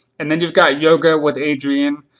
and then you've got yoga with adriene.